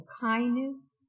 kindness